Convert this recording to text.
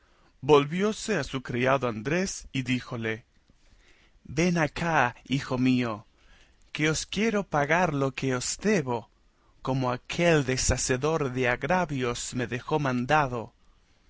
parecía volvióse a su criado andrés y díjole venid acá hijo mío que os quiero pagar lo que os debo como aquel deshacedor de agravios me dejó mandado